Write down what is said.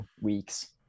weeks